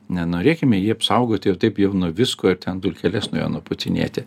nenorėkime jį apsaugoti ir taip jau nuo visko ir ten dulkeles nuo jo nupūtinėti